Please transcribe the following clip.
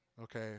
Okay